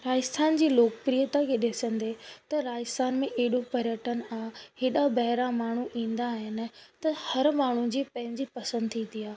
राजस्थान जी लोकप्रियता खे ॾिसंदे त राजस्थान में एॾो पर्यटन आहे हेॾा ॿाहिरां माण्हू ईंदा आहिनि त हर माण्हूअ जी पंहिंजी पसंदि थींदी आहे